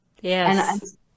Yes